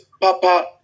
Papa